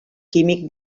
químic